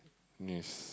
yes